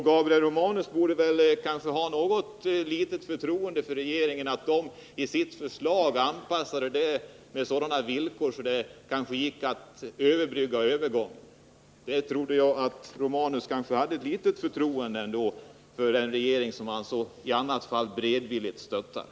Gabriel Romanus borde väl ha det förtroendet för en regering som han annars så beredvilligt stöttar att han tror den om att kunna lägga fram ett förslag som är förenat med sådana villkor att en övergång till andra bränslen kan ske snabbt.